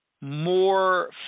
more